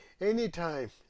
Anytime